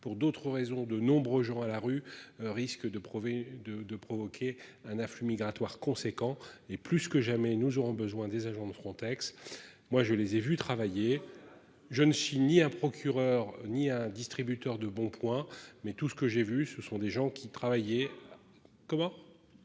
pour d'autres raisons de nombreux gens à la rue risque de prouver de de provoquer un afflux migratoire conséquent et plus que jamais, nous aurons besoin des agents de Frontex. Moi je les ai vus travailler, je ne suis ni un procureur ni un distributeur de bons points mais tout ce que j'ai vu ce sont des gens qui travaillés. Comment.